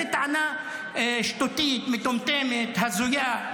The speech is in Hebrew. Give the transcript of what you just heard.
זו טענה שטותית, מטומטמת, הזויה.